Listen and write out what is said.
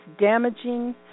damaging